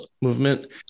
movement